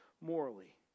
morally